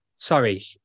Sorry